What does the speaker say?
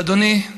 אבל, אדוני,